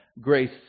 grace